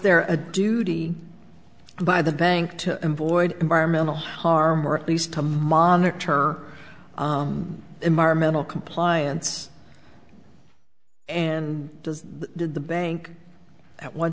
there a duty by the bank to and void environmental harm or at least to monitor turn environmental compliance and does the bank at one